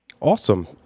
Awesome